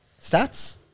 Stats